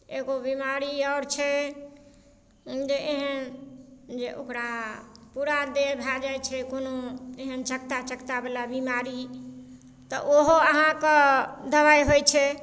एगो बीमारी आओर छै जे एहन जे ओकरा पूरा देह भए जाइ छै कोनो एहन चकता चकतावला बीमारी तऽ ओहो अहाँके दबाइ होइ छै